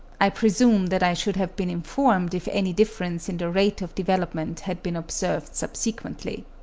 i presume that i should have been informed if any difference in the rate of development had been observed subsequently.